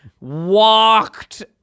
Walked